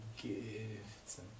gifts